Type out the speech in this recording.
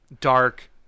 dark